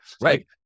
Right